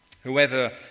Whoever